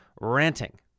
ranting